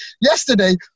yesterday